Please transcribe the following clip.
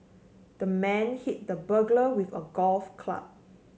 the man hit the burglar with a golf club